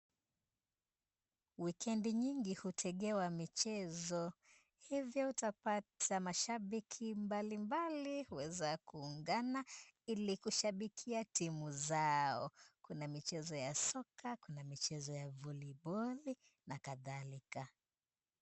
Wikendi nyingi hutegewa michezo, hivyo utapata mashabiki mbalimbali huweza kuungana ili kushabikia timu zao. Kuna michezo ya soka, kuna michezo ya voliboli na kadhalika.